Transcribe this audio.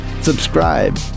Subscribe